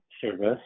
Service